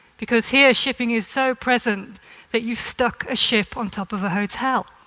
because here shipping is so present that you stuck a ship on top of a hotel.